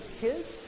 kids